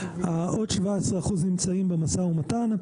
עוד 17% נמצאים במשא ומתן.